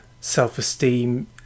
self-esteem